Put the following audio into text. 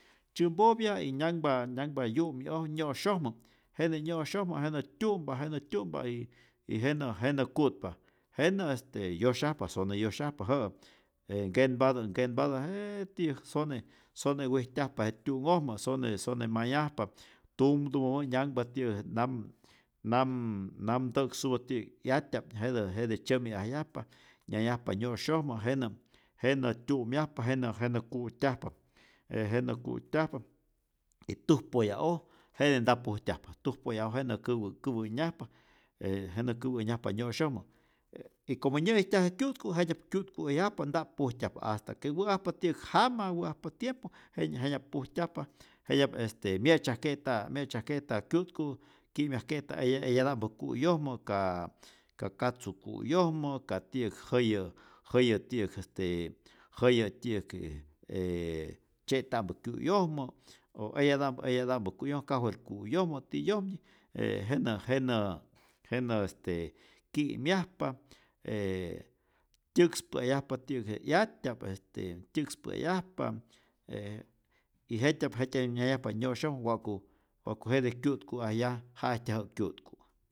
Tzyämpopya y nyanhpa nyanhpa yu'mi'oj nyo'syojmä, jenä' nyo'syojmä jenä tyu'mpa jenä tyu'mpa y jenä jenä ku'tpa, jenä este yosyajpa, sone yosyajpa jä'a, e nkenpatä nkenpatä j ti'yäk sone sone wijtyajap je tyu'nhojmä, sone sone mayajpa tumtumäpä nyanhpa ti'yäk nam nam namtä'ksupä ti'yäk 'yatya'p jete jete tzyämi'ajyajpa, nyayajpa nyo'syojmä jenä jenä tyu'myajpa jenä jenä ku'tyajpa, e jenä ku'tyajpa y tuj poya'oj jete nta pujtyajpa, tuj poyaoj jenä käwä käwä'nyajpa, jenä käwänyajpa nyo'syojmä e' y como nyä'ijtyaj je kyu'tku jetyap kyu'tkuajyajpa nta'p pujtyajpa hasta que wä'ajpa ti'äk jama, wä'ajpa tiempo jenyap jenyap pujtyajpa, jenyap este mye'tzyajke'ta myetzyajke'ta kyu'tku, ki'myajke'ta eyata' eyata'mpä ku'yojmä ka katzu ku'yojmä, ka ti'äk jäyä jäya ti'yäk este jäyä ti'yäk ee tzye'ta'mpä kyu'yojmä o eyata'pä eyata'mpä ku'yoj kajwel kuyojmä ti'yojmo e jenä jenä jenä este ki'myajpa tyä'kspä'ayajpa ti'yäk je 'yatyap este tyä'kspä'ayajpa e y jetyap jetye' nyayajpa nyosoj wa'ku wa'ku jete kyu'tku'ajyaj ja ijtyajä'äk kyu'tku.